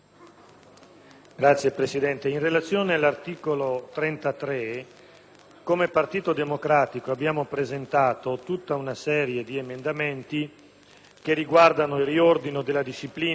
come Partito Democratico abbiamo presentato una serie di emendamenti riguardanti: il riordino della disciplina in materia di misure di prevenzione (il 33.101,